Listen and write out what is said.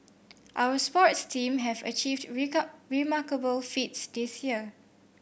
our sports team have achieved remarkable feats this year